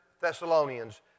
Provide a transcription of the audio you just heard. Thessalonians